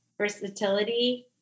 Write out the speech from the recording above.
versatility